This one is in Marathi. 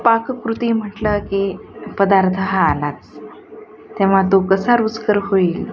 पाककृती म्हटलं की पदार्थ हा आलाच तेव्हा तो कसा रुचकर होईल